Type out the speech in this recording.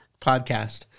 podcast